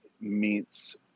meets